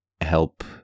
help